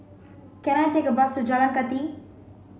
can I take a bus to Jalan Kathi